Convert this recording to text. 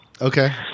Okay